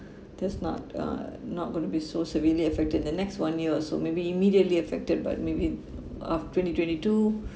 that's not uh not gonna be so severely affected the next one year or so maybe immediately affected but maybe af~ twenty twenty two